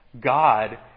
God